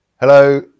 hello